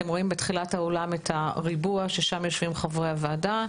אתם רואים בתחילת האולם את הריבוע ששם יושבים חברי הוועדה.